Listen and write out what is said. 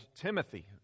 Timothy